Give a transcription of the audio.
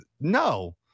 no